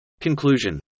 Conclusion